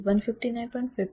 म्हणून fc 159